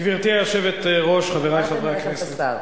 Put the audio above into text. גברתי היושבת-ראש, חברי חברי הכנסת,